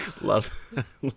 Love